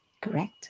Correct